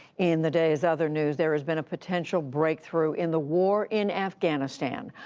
in the day's other news there has been a potential breakthrough in the war in afghanistan.